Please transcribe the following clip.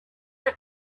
have